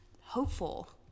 hopeful